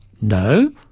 No